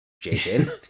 Jason